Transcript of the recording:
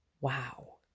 Wow